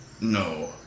No